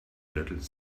little